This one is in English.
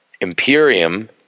Imperium